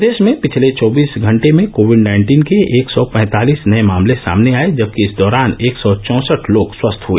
प्रदेश में पिछले चौबीस घंटे में कोविड नाइन्टीन के एक सौ पैंतालीस नये मामले सामने आये जबकि इस दौरान एक सौ चौंसठ लोग स्वस्थ हुए